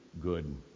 good